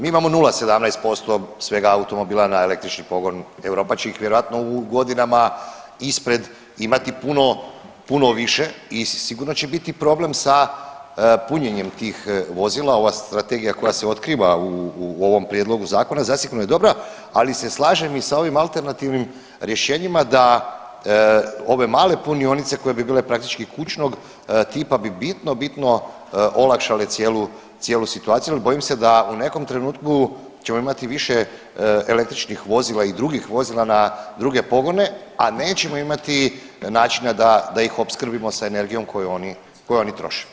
Mi imamo 0,17% svega automobila na električni pogon, Europa će ih vjerojatno u godinama ispred imati puno, puno više i sigurno će biti problem sa punjenjem tih vozila, ova strategija koja se otkriva u ovom Prijedlogu zakona zasigurno je dobra, ali se slaže i sa ovim alternativnim rješenjima da ove male punioce koje bi bile praktički kućnog tipa bi bitno, bitno olakšale cijelu situaciju jer bojim se da u nekom trenutku ćemo imati više električnih vozila i drugih vozila na druge pogone, a nećemo imati načina da ih opskrbimo sa energijom koju oni troše.